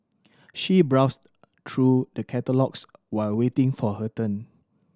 she browsed through a catalogues while waiting for her turn